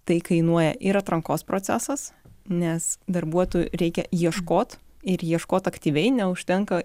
tai kainuoja ir atrankos procesas nes darbuotojų reikia ieškot ir ieškot aktyviai neužtenka